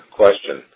question